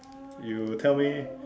you tell me